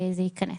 זה ייכנס.